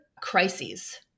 crises